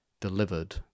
delivered